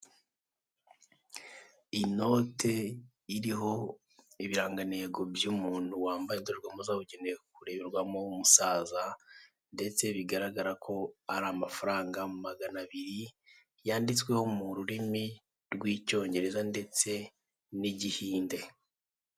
Inoti iriho ibirangantego by'umuntu wambaye indorerwamo zabugenewe kureberwamo w'umusaza ndetse bigaragara ko ari amafaranga magana abiri, yanditwseho mu rurimi rw'icyongereza ndetse n'igihinde.